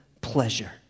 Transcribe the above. pleasure